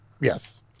Yes